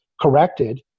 Corrected